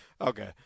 Okay